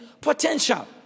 potential